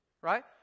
right